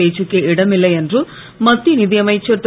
பேச்சுக்கே இடமில்லை என்று மத்திய நிதியமைச்சர் திரு